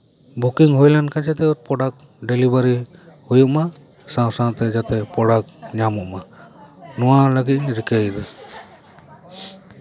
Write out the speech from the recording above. booking ᱦᱩᱭ ᱞᱮᱱᱠᱷᱟᱱ ᱡᱟᱛᱮ ᱯᱨᱚᱰᱟᱠᱴ ᱰᱮᱞᱤᱵᱷᱟᱨᱤ ᱦᱩᱭᱩᱜ ᱢᱟ ᱥᱟᱶᱼᱥᱟᱶᱛᱮ ᱡᱚᱛᱚ ᱯᱨᱚᱰᱟᱠᱴ ᱧᱟᱢᱚᱜ ᱢᱟ ᱱᱚᱣᱟ ᱞᱟᱹᱜᱤᱫᱤᱧ ᱨᱤᱠᱟᱹᱭᱫᱟ